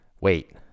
wait